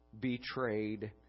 betrayed